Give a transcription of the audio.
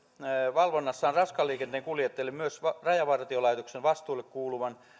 valvonnassaan raskaan liikenteen kuljettajille myös rajavartiolaitoksen vastuulle kuuluvan